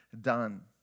done